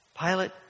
Pilate